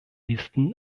listen